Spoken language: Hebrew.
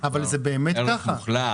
אבל זה באמת ככה.